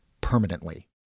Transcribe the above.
permanently